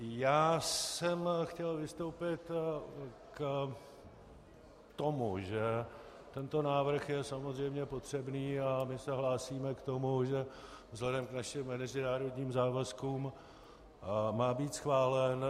Já jsem chtěl vystoupit k tomu, že tento návrh je samozřejmě potřebný, a se hlásíme k tomu, že vzhledem k našim mezinárodním závazkům má být schválen.